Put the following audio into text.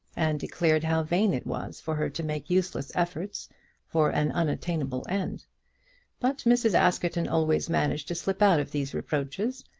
and declared how vain it was for her to make useless efforts for an unattainable end but mrs. askerton always managed to slip out of these reproaches,